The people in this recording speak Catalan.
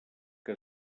que